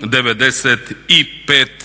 795